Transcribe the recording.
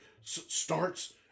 starts